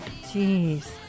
Jeez